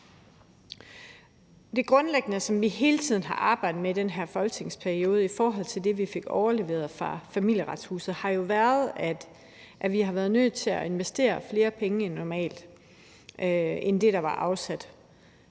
Det grundlæggende, som vi hele tiden har arbejdet med i den her folketingsperiode i forhold til det, vi fik overleveret fra Familieretshuset, har jo været, at vi har været nødt til at investere flere penge end normalt – flere penge end det, der var afsat.